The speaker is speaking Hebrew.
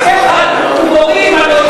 אתם גיבורים על,